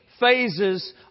phases